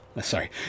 sorry